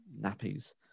nappies